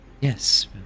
Yes